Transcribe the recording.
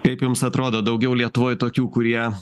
kaip jums atrodo daugiau lietuvoj tokių kurie